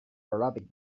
arabic